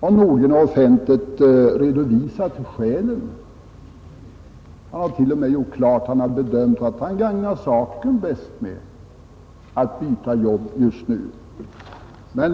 Kurt Nordgren har offentligt redovisat sina skäl och t.o.m. klargjort att han bedömt att han gagnar saken bäst med att byta jobb just nu.